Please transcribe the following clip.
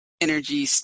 energy